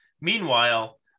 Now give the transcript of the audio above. meanwhile